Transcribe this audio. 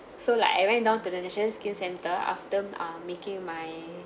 so like I went down to the national skin centre after uh making my